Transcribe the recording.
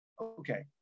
okay